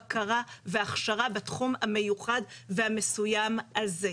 בקרה והכשרה בתחום המיוחד והמסוים הזה.